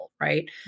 right